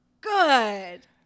good